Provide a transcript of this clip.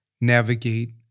navigate